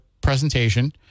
presentation